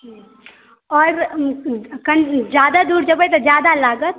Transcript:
जादा दूर जेबै तऽ जादा लागत